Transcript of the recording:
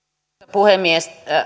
puhemies